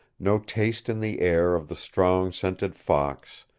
no taste in the air of the strong scented fox,